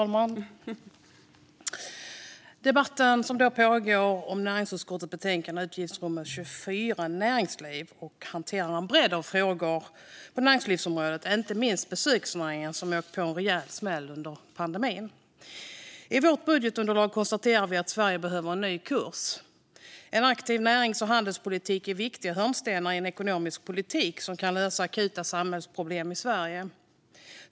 Fru talman! Debatten som nu pågår gäller näringsutskottets betänkande NU1 Näringsliv om utgiftsområde 24. Betänkandet hanterar en bredd av frågor på näringslivsområdet, inte minst besöksnäringen - som har åkt på en rejäl smäll under pandemin. I vårt budgetunderlag konstaterar vi att Sverige behöver en ny kurs. En aktiv närings och handelspolitik är en viktig hörnsten i en ekonomisk politik som kan lösa akuta samhällsproblem i Sverige.